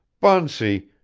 bunsey,